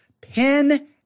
pen